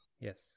Yes